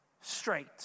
straight